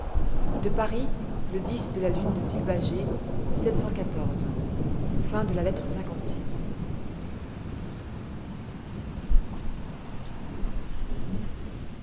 de paris le de la lune de lba âgé lettre